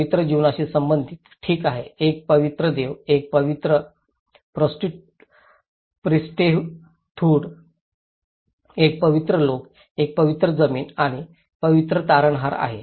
पवित्र जीवनाशी संबंधित ठीक आहे एक पवित्र देव एक पवित्र प्रीएस्टहूड एक पवित्र लोक एक पवित्र जमीन आणि पवित्र तारणहार आहे